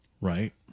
Right